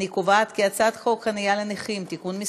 אני קובעת כי הצעת חוק חניה לנכים (תיקון מס'